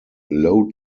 low